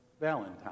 Valentine